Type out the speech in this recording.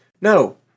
No